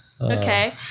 Okay